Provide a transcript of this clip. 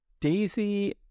Daisy